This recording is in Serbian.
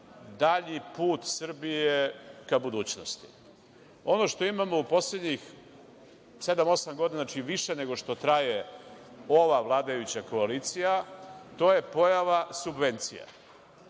dalji put Srbije ka budućnosti. Ono što imamo u poslednjih sedam, osam godina, znači, više nego što traje ova vladajuća koalicija, to je pojava subvencija.